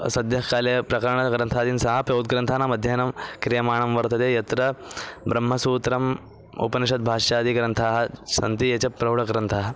सद्यः काले प्रकरणग्रन्थादीन् सापि उद्ग्रन्थानाम् अध्ययनं क्रियमाणं वर्तते यत्र ब्रह्मसूत्रम् उपनिषद्भाष्यादिग्रन्थाः सन्ति ये च प्रौडग्रन्थाः